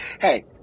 Hey